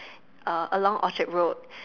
uh along Orchard-road